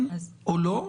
כן או לא?